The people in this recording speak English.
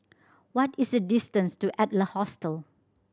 what is the distance to Adler Hostel